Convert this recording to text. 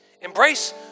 Embrace